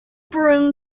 broom